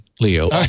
Leo